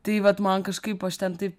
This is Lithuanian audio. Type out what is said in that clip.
tai vat man kažkaip aš ten taip